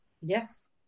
Yes